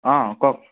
অঁ কওক